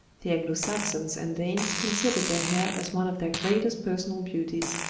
the anglo-saxons and danes considered their hair as one of their greatest personal beauties,